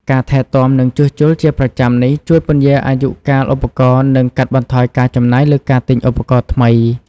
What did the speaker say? ការថែទាំ និងជួសជុលជាប្រចាំនេះ ជួយពន្យារអាយុកាលឧបករណ៍ និងកាត់បន្ថយការចំណាយលើការទិញឧបករណ៍ថ្មី។